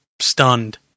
stunned